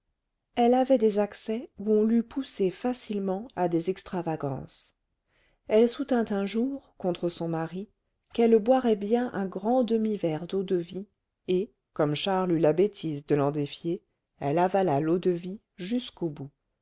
elle avait des accès où on l'eût poussée facilement à des extravagances elle soutint un jour contre son mari qu'elle boirait bien un grand demi-verre d'eau-de-vie et comme charles eut la bêtise de l'en défier elle avala l'eau-de-vie jusqu'au bout